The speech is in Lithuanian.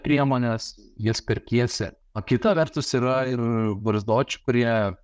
priemonės jas perkiesi o kita vertus yra ir barzdočių kurie